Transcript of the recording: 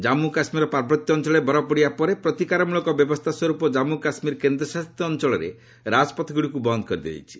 ଜମ୍ମୁ କାଶ୍ମୀରର ପାର୍ବତ୍ୟ ଅଞ୍ଚଳରେ ବରଫ ପଡ଼ିବା ପରେ ପ୍ରତିକାରମୂଳକ ବ୍ୟବସ୍ଥା ସ୍ୱର୍ପ ଜମ୍ମୁ କାଶ୍କୀର କେନ୍ଦ୍ରଶାସିତ ଅଞ୍ଚଳରେ ରାଜପଥଗୁଡ଼ିକୁ ବନ୍ଦ୍ କରିଦିଆଯାଇଛି